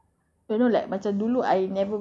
like sometimes kita dekat public kita